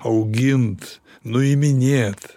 augint nuiminėt